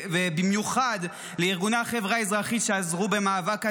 ובמיוחד לארגוני החברה האזרחית שעזרו במאבק הזה,